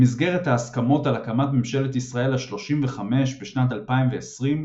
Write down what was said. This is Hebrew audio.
במסגרת ההסכמות על הקמת ממשלת ישראל השלושים וחמש בשנת 2020,